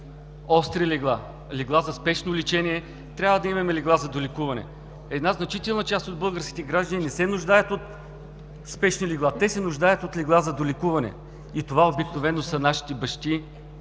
остри легла, легла за спешно лечение, трябва да имаме легла за долекуване. Една значителна част от българските граждани не се нуждаят от спешни легла. Те се нуждаят от легла за долекуване и това обикновено са нашите бащи,